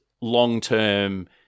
long-term